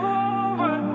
over